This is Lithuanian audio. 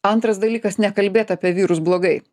antras dalykas nekalbėt apie vyrus blogai